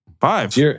Five